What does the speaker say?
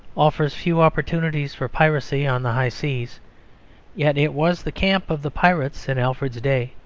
offers few opportunities for piracy on the high seas yet it was the camp of the pirates in alfred's day.